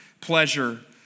pleasure